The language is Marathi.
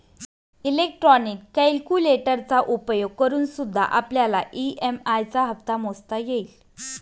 इलेक्ट्रॉनिक कैलकुलेटरचा उपयोग करूनसुद्धा आपल्याला ई.एम.आई चा हप्ता मोजता येईल